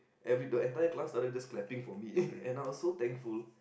every the entire class started just clapping for me and I was so thankful